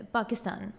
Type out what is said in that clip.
Pakistan